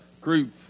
group